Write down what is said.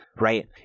right